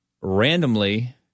randomly